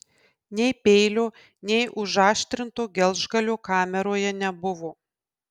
nei peilio nei užaštrinto gelžgalio kameroje nebuvo